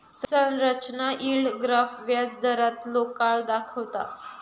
संरचना yield graph व्याजदारांतलो काळ दाखवता